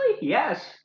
yes